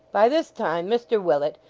by this time mr willet,